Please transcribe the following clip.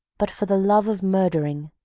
but for the love of murdering.